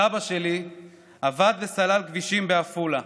סבא שלי עבד וסלל כבישים בעפולה.